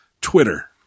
Twitter